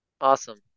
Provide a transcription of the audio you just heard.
Awesome